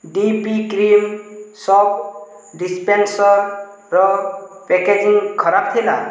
D P cream soap ଡିସପେନସରର packaging ଖରାପ ଥିଲା